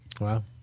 Wow